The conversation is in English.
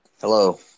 Hello